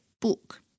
Book